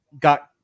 Got